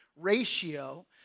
ratio